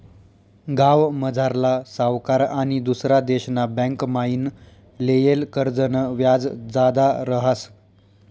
गावमझारला सावकार आनी दुसरा देशना बँकमाईन लेयेल कर्जनं व्याज जादा रहास